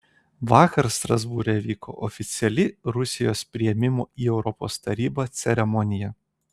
vakar strasbūre vyko oficiali rusijos priėmimo į europos tarybą ceremonija